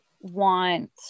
want